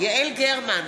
יעל גרמן,